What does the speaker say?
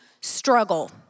struggle